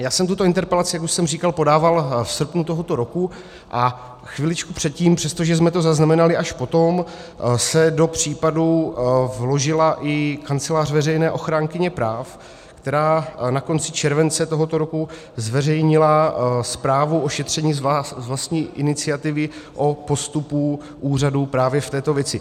Já jsem tuto interpelaci, jak už jsem říkal, podával v srpnu tohoto roku, a chviličku předtím, přestože jsme to zaznamenali až potom, se do případu vložila i Kancelář veřejné ochránkyně práv, která na konci července tohoto roku zveřejnila zprávu o šetření z vlastní iniciativy o postupu úřadů právě v této věci.